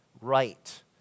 right